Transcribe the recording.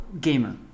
Gamer